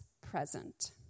present